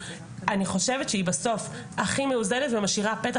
אני חושבת שהיא בסוף הכי מאוזנת ומשאירה פתח